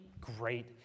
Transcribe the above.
great